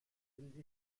will